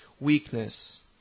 weakness